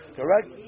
Correct